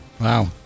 Wow